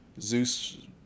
zeus